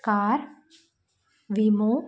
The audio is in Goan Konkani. कार विमो